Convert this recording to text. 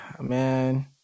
man